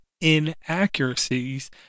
inaccuracies